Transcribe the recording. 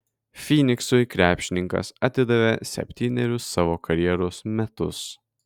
fyniksui krepšininkas atidavė septynerius savo karjeros metus